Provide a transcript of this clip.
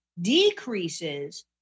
decreases